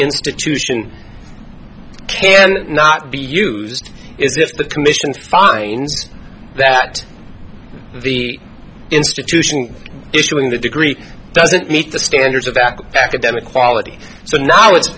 institution can not be used is if the commission's findings that the institution issuing the degree doesn't meet the standards of that academic quality so now it's